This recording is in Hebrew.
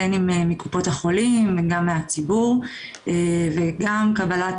בין אם מקופות החולים וגם מהציבור וגם קבלת